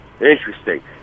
Interesting